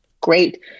great